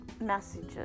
messages